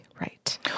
Right